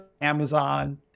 Amazon